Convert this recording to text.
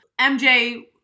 MJ –